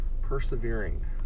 persevering